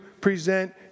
present